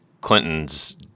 Clintons